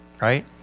right